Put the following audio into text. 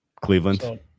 Cleveland